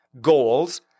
goals